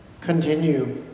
Continue